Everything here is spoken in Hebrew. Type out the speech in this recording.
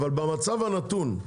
אבל במצב הנתון,